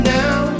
now